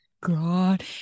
God